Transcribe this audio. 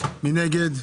מי נגד?